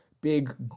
big